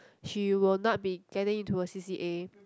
she will not be getting into a c_c_a